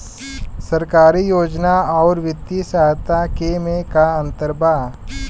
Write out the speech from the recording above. सरकारी योजना आउर वित्तीय सहायता के में का अंतर बा?